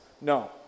No